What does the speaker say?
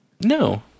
No